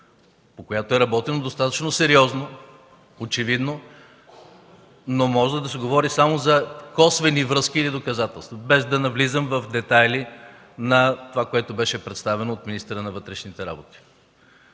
очевидно е работено достатъчно сериозно, но може да се говори само за косвени връзки и доказателства, без да навлизам в детайли на това, което беше представено от министъра на вътрешните работи.